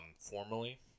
formally